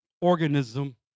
organism